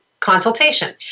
consultation